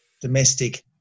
domestic